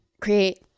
create